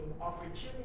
opportunity